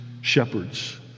shepherds